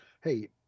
hey